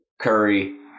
Curry